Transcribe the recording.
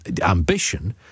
ambition